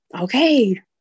Okay